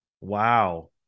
wow